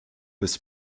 his